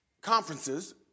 conferences